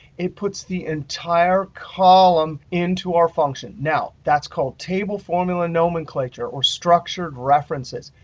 it puts the entire column into our function. now that's called table formula nomenclature or structured references.